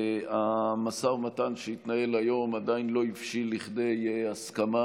המשא ומתן שהתנהל היום עדיין לא הבשיל לכדי הסכמה,